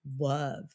love